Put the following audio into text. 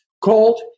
called